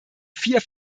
vier